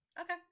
Okay